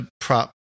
prop